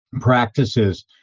practices